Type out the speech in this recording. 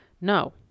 No